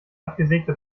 abgesägte